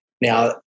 Now